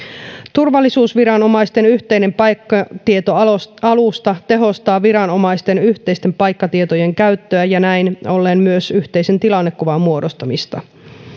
turvallisuusviranomaisten yhteinen paikkatietoalusta tehostaa viranomaisten yhteisten paikkatietojen käyttöä ja näin ollen myös yhteisen tilannekuvan muodostamista